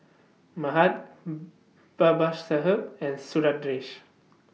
Mahade Babasaheb and Sundaresh